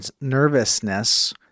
nervousness